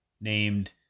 named